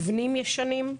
בו יש מבנים ישנים,